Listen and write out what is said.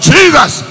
Jesus